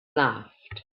laughed